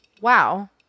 wow